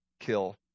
kill